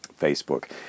Facebook